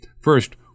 First